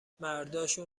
مرداشون